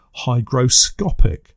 hygroscopic